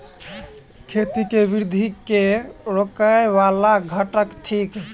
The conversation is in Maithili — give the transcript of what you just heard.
खेती केँ वृद्धि केँ रोकय वला घटक थिक?